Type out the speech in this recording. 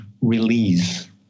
release